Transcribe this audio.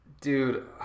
Dude